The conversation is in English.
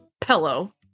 pillow